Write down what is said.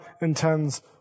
intends